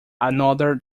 another